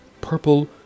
purple